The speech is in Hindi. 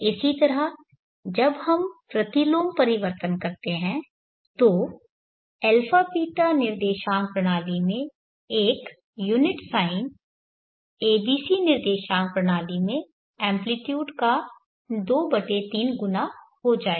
इसी तरह जब हम प्रतिलोम परिवर्तन करते हैं तो αβ निर्देशांक प्रणाली में एक unit sine a b c निर्देशांक प्रणाली में एम्पलीट्यूड का 23 गुना हो जाएगा